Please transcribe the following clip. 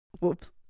Whoops